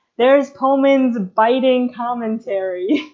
there's pullman's biting commentary.